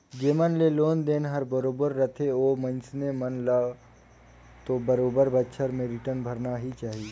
जेमन के लोन देन हर बरोबर रथे ओ मइनसे मन ल तो बरोबर बच्छर में के रिटर्न भरना ही चाही